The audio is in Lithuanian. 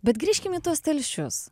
bet grįžkim į tuos telšius